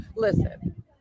Listen